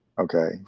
Okay